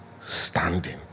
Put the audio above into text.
standing